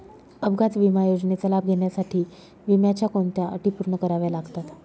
अपघात विमा योजनेचा लाभ घेण्यासाठी विम्याच्या कोणत्या अटी पूर्ण कराव्या लागतात?